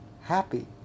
happy